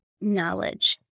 knowledge